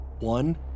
One